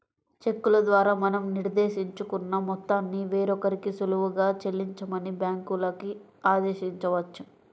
చెక్కుల ద్వారా మనం నిర్దేశించుకున్న మొత్తాన్ని వేరొకరికి సులువుగా చెల్లించమని బ్యాంకులకి ఆదేశించవచ్చు